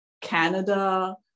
Canada